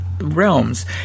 realms